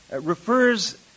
refers